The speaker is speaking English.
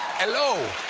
hello.